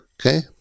Okay